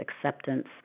acceptance